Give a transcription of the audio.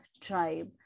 tribe